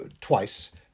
twice